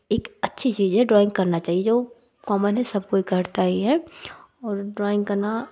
एक अच्छी चीज़ है ड्राइँग करना चाहिए जो कॉमन है सब कोई करता ही है और ड्राइंग करना